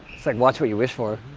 it's like watch what you wish for